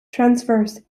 transverse